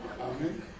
Amen